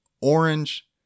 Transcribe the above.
orange